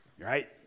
right